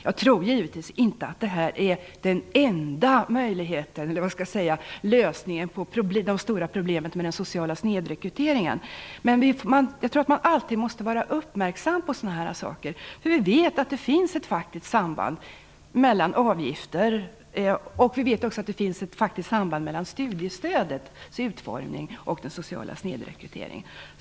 Jag tror givetvis inte att det här är den enda lösningen på det stora problemet med den sociala snedrekryteringen, men jag tror att man alltid måste vara uppmärksam på sådana här saker. Vi vet att det finns ett faktiskt samband mellan social snedrekrytering och avgifter och mellan social snedrekrytering och studiestödets utformning.